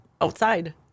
outside